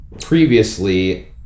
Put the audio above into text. previously